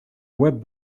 web